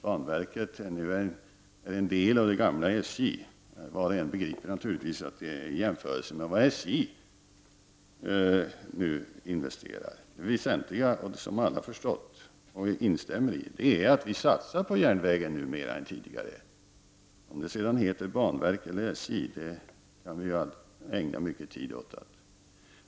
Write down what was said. Banverket är en del av det gamla SJ. Var och en begriper naturligtvis att det är en jämförelse med vad SJ nu investerar. Det väsentliga — det som alla förstått och som vi instämmer i — är att vi nu satsar på järnvägen mer än tidigare. Om det sedan heter banverket eller SJ kan vi ägna mycket tid åt att diskutera.